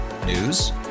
News